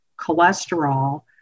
cholesterol